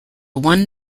one